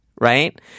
right